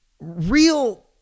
real